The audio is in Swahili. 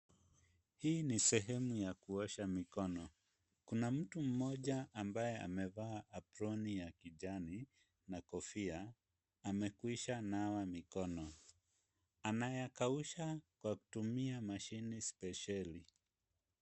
Hii ni sehemu ya kuosha mikono ,kuna mtu mmoja ambaye amevaa aproni ya kijani na kofia, amekwisha nawa mikono ,anayakausha kwa kutumia mashini spesheli.